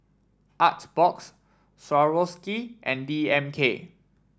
Artbox Swarovski and D M K